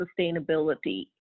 sustainability